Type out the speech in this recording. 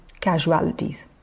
casualties